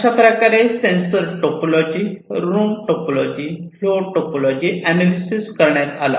अशाप्रकारे sensor topology room topology flow topology analysis करण्यात आल्या